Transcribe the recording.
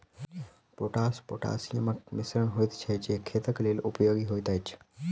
potash पोटासियमक मिश्रण होइत छै जे खेतक लेल उपयोगी होइत अछि